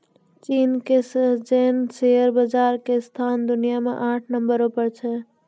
चीन के Shenzhen share बाजार के स्थान दुनिया मे आठ नम्बरो पर छै